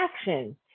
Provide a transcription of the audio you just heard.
action